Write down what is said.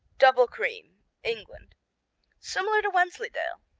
double-cream england similar to wensleydale.